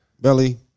Belly